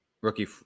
rookie